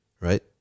right